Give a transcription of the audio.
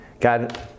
God